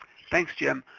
thanks jim.